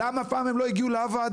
למה הם אף פעם לא הגיעו לוועדה?".